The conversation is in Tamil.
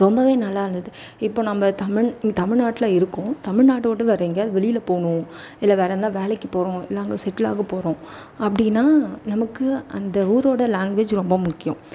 ரொம்பவே நல்லாயிருந்தது இப்போ நம்ம தமிழ் தமிழ்நாட்டில இருக்கோம் தமிழ்நாடை விட்டு வேற எங்கேயாவது வெளியில போகணும் இல்லை வேற எந்த வேலைக்குப் போகிறோம் நாங்கள் சுற்றுலாவுக்குப் போகிறோம் அப்படினா நமக்கு அந்த ஊரோடய லாங்க்வேஜ் ரொம்ப முக்கியம்